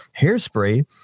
hairspray